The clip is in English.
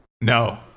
No